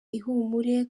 ihumure